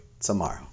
tomorrow